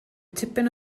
tipyn